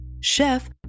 Chef